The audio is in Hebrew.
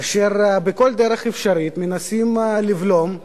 אשר בכל דרך אפשרית מנסים לבלום,